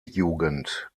jugend